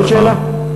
עוד שאלה?